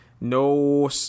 no